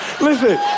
Listen